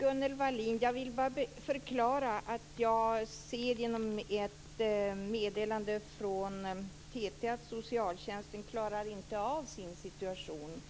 Herr talman! Jag vill bara förklara, Gunnel Wallin, att jag genom ett meddelande från TT ser att socialtjänsten inte klarar av sin situation.